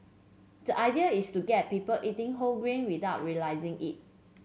the idea is to get people eating whole grain without realising it